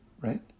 right